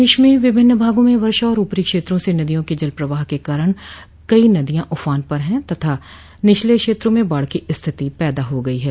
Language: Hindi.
प्रदश में विभिन्न भागों में वर्षा और ऊपरी क्षेत्रों से नदियों में जलप्रवाह के कारण कई नदियां उफान पर है तथा निचले क्षेत्रों में बाढ़ की स्थिति पैदा हो गई है